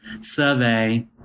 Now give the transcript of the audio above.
survey